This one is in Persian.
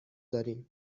داریم